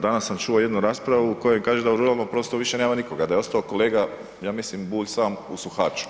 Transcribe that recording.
Danas sam čuo jednu raspravu u kojoj kaže da u ruralnom prostoru više nema nikoga, da je ostao kolega ja mislim Bulj sam u Suhaču.